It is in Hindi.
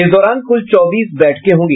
इस दौरान कुल चौबीस बैठकें होगी